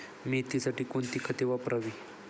मेथीसाठी कोणती खते वापरावी?